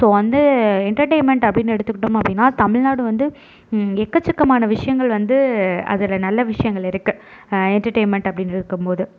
so வந்து entertainment அப்டின்னு எடுத்துக்கிட்டோம் அப்படினா தமிழ்நாடு வந்து எக்கசக்கமான விஷயங்கள் வந்து அதில் நல்ல விஷயங்கள் இருக்கு என்டர்டைன்மெண்ட் அப்டின்னு இருக்கும்போது